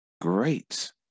great